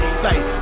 sight